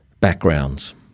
backgrounds